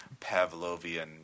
Pavlovian